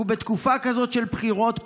אנחנו בתקופה כזאת של בחירות פעמיים,